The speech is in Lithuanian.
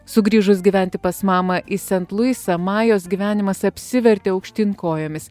sugrįžus gyventi pas mamą į sent luisą majos gyvenimas apsivertė aukštyn kojomis